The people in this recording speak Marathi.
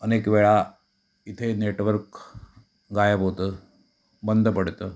अनेक वेळा इथे नेटवर्क गायब होतं बंद पडतं